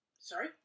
Sorry